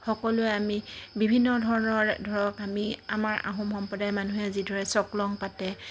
সকলোৱে আমি বিভিন্ন ধৰণৰ ধৰক আমি আমাৰ আহোম সম্প্ৰদায়ৰ মানুহে যিদৰে চকলং পাতে